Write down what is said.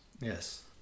Yes